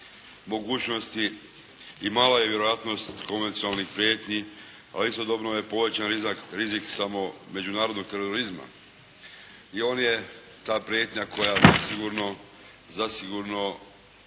mogućnosti i mala je vjerojatnost konvencionalnih prijetnji, a istodobno je povećan rizik samo međunarodnog terorizma, i on je ta prijetnja koja zasigurno